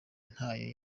ntayo